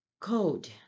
code